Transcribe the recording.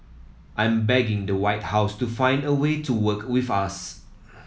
I'm begging the White House to find a way to work with us